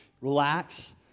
relax